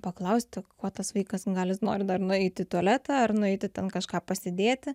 paklausti kuo tas vaikas gal jis nori dar nueiti į tualetą ar nueiti ten kažką pasidėti